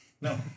no